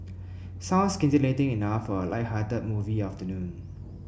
sounds scintillating enough for a lighthearted movie afternoon